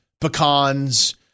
pecans